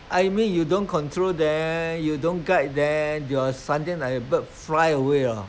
I mean you don't control them you don't guide them they are something like a bird fly away you know